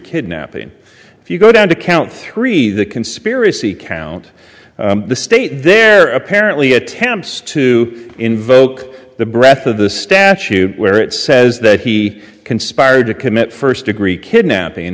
kidnapping if you go down to count three the conspiracy count the state there are apparently attempts to invoke the breath of the statute where it says that he conspired to commit first degree kidnapping